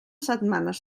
setmanes